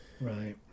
Right